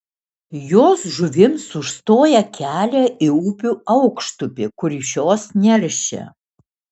jos žuvims užstoja kelia į upių aukštupį kur šios neršia